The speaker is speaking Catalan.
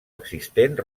existent